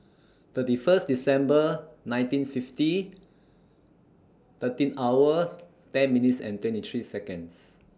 thirty First December nineteen fifty thirteen hour ten minutes and twenty three Seconds